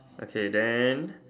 okay then